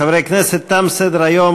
חברי הכנסת, תם סדר-היום.